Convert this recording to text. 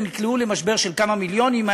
והם נקלעו למשבר של כמה מיליונים.